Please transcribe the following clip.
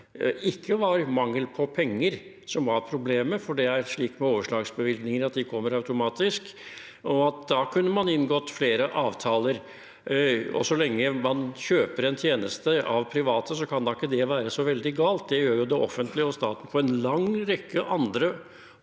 ikke var mangel på penger som var problemet, for det er slik med overslagsbevilgninger at de kommer automatisk. Da kunne man inngått flere avtaler. Så lenge man kjøper en tjeneste av private, kan ikke det være så veldig galt. Det gjør jo det offentlige og staten på en lang rekke andre